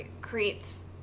creates